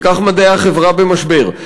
וכך מדעי החברה במשבר,